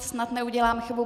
Snad neudělám chybu.